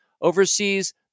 oversees